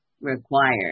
required